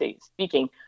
speaking